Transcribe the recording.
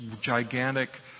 gigantic